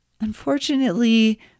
Unfortunately